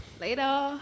Later